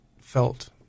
felt